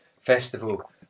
festival